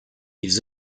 ils